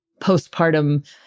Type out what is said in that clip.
postpartum